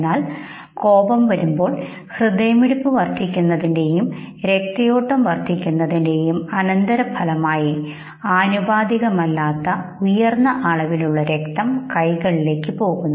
എന്നാൽ കോപം വരുമ്പോൾ ഹൃദയമിടിപ്പ് വർദ്ധിക്കുന്നതിന്റെയും രക്തയോട്ടം വർദ്ധിക്കുന്നതിന്റെയും അനന്തരഫലമായി ആനുപാതികമല്ലാത്ത ഉയർന്ന അളവിലുള്ള രക്തം കൈകളിലേക്ക് പോകുന്നു